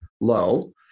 low